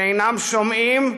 שאינם שומעים,